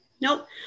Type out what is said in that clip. Nope